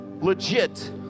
legit